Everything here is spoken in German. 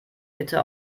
bitte